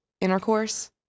Intercourse